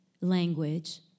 language